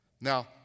Now